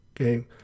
okay